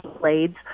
Blades